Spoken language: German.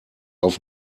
auf